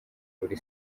buri